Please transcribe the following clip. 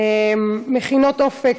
מכינות "אופק",